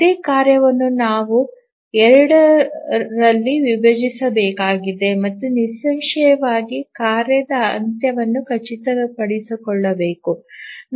ಅದೇ ಕಾರ್ಯವನ್ನು ನಾವು 2 ರಲ್ಲಿ ವಿಭಜಿಸಬೇಕಾಗಿದೆ ಮತ್ತು ನಿಸ್ಸಂಶಯವಾಗಿ ಕಾರ್ಯದ ಅಂತ್ಯವನ್ನು ಖಚಿತಪಡಿಸಿಕೊಳ್ಳಬೇಕು